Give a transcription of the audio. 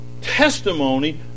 testimony